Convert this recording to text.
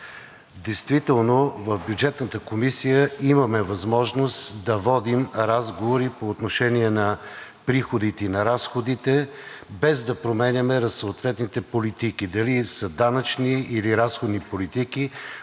Действително в Бюджетната комисия имаме възможност да водим разговори по отношение на приходите и на разходите, без да променяме съответните политики – дали са данъчни, или разходни политики,